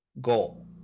goal